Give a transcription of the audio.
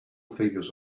figures